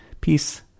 peace